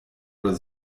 oder